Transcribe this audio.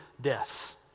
deaths